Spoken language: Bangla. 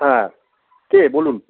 হ্যাঁ কে বলুন